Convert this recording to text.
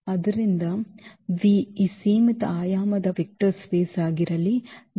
ಆದ್ದರಿಂದ V ಈ ಸೀಮಿತ ಆಯಾಮದ ವೆಕ್ಟರ್ ಸ್ಪೇಸ್ ಆಗಿರಲಿ n